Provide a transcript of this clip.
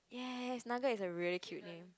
yes nugget is a really cute name